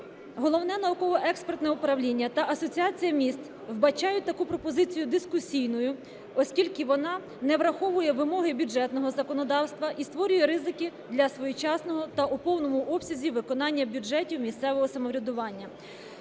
Головне науково-експертне управління та Асоціація міст вбачають таку пропозицію дискусійною, оскільки вона не враховує вимоги бюджетного законодавства і створює ризики для своєчасного та у повному обсязі виконання бюджетів місцевого самоврядування.